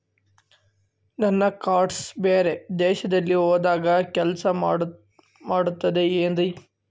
ನನ್ನ ಕಾರ್ಡ್ಸ್ ಬೇರೆ ದೇಶದಲ್ಲಿ ಹೋದಾಗ ಕೆಲಸ ಮಾಡುತ್ತದೆ ಏನ್ರಿ?